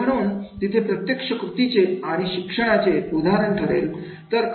तर म्हणून म्हणून तिथे प्रत्यक्ष कृती चे आणि शिक्षणाचे उदाहरण ठरेल